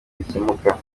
bikemuka